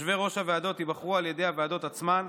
יושבי-ראש הוועדות ייבחרו על ידי הוועדות עצמן,